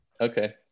Okay